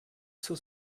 zur